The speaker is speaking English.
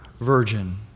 virgin